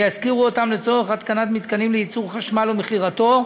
שישכירו אותם לצורך התקנת מתקנים לייצור חשמל ומכירתו,